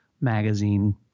magazine